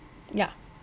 yeah